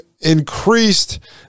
increased